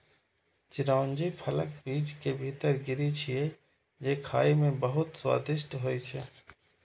चिरौंजी फलक बीज के भीतर गिरी छियै, जे खाइ मे बहुत स्वादिष्ट होइ छै